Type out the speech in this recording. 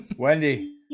Wendy